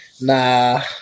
nah